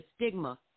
stigma